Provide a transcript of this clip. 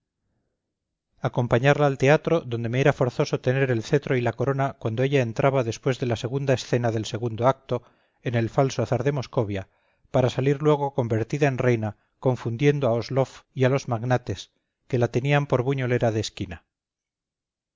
acompañarla al teatro donde me era forzoso tener el cetro y la corona cuando ella entraba después de la segunda escena del segundo acto en el falso czar de moscovia para salir luego convertida en reina confundiendo a osloff y a los magnates que la tenían por buñolera de esquina